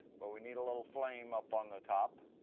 but we need a little flame up on the top.